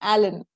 Alan